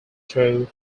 through